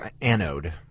anode